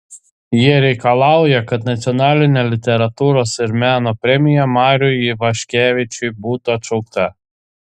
jie reikalauja kad nacionalinė literatūros ir meno premija mariui ivaškevičiui būtų atšaukta